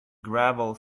gravel